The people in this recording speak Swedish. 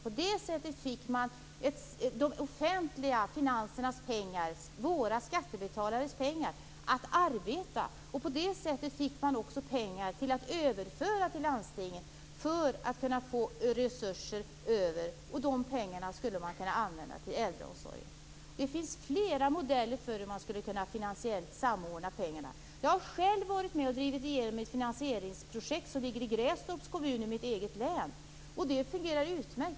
På det sättet får de offentliga pengarna - våra skattepengar - arbeta. På det sättet blir det pengar att överföra till landstinget så att det blir överskott på resurser. De pengarna kan användas till äldreomsorgen. Det finns flera modeller för hur pengarna finansiellt kan samordnas. Jag har själv drivit igenom ett finansieringsprojekt i Grästorps kommun i mitt hemlän. Det fungerar utmärkt.